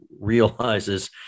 realizes